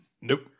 Nope